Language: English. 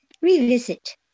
Revisit